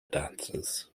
dancers